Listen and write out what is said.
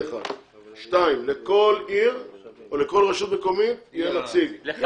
2. לכל עיר, או לכל רשות מקומית יהיה נציג אחד